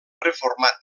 reformat